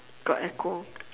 got echo